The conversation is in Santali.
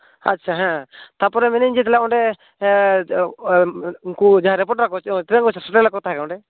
ᱟᱪᱪᱷᱟ ᱦᱮᱸ ᱛᱟᱯᱚᱨᱮ ᱢᱮᱱᱮᱜᱟᱹᱧ ᱡᱮ ᱛᱟᱦᱚᱞᱮ ᱚᱸᱰᱮ ᱩᱱᱠᱩ ᱡᱟᱦᱟᱭ ᱨᱮᱯᱳᱴᱟᱨ ᱠᱚ ᱛᱤᱱᱟᱹᱜ ᱜᱟᱱ ᱠᱚ ᱥᱮᱴᱮᱨ ᱜᱟᱱ ᱠᱚ ᱛᱟᱦᱮᱸ ᱠᱟᱱᱟ ᱚᱸᱰᱮ